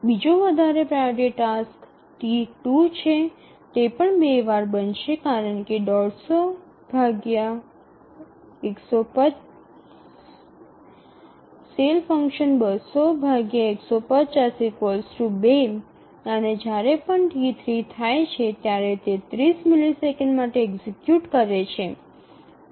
બીજો વધારે priority task T2 છે તે પણ ૨ વાર બનશે કારણ કે ⌈⌉ ૨ અને જ્યારે પણ T3 થાય છે ત્યારે તે ૩0 મિલિસેકંડ માટે એક્ઝિક્યુટ કરે છે